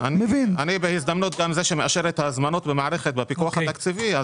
אני בהזדמנות גם זה שמאשר את ההזמנות במערכת בפיקוח התקציבי.